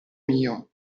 mio